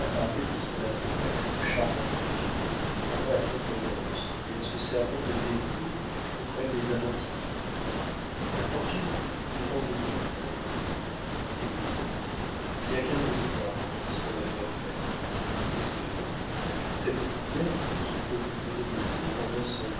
de son amour à cette charmante fille pendant la contredanse mais en se servant de détours que prennent les amants timides ma fortune dépend de vous mademoiselle et comment il n'y a qu'un espoir qui puisse me la faire faire espérez savez-vous bien tout ce que vous venez de dire en un seul